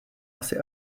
asi